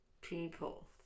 People